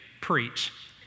preach